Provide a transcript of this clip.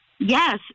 Yes